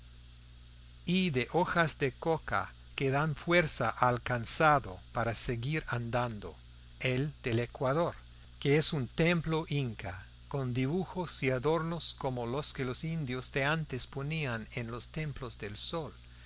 y de hojas de coca que dan fuerza al cansado para seguir andando el del ecuador que es un templo inca con dibujos y adornos como los que los indios de antes ponían en los templos del sol